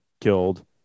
killed